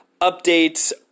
updates